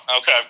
Okay